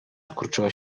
skurczyła